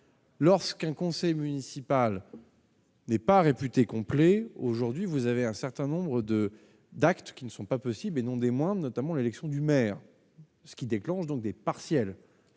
Lorsqu'un conseil municipal n'est pas réputé complet aujourd'hui, vous avez un certain nombre de d'actes qui ne sont pas possibles, et non des moindres, notamment l'élection du maire, ce qui déclenche donc des partielles,